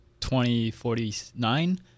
2049-